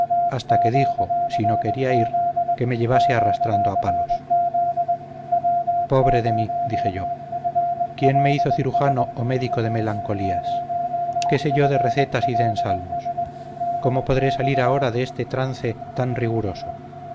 hasta que dijo si no quería ir que me llevase arrastrando a palos pobre de mí dije yo quién me hizo cirujano o médico de melancolías qué sé yo de recetas y de ensalmos cómo podré salir ahora de este trance tan riguroso